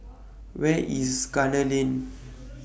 Where IS Gunner Lane